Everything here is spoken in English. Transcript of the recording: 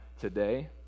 today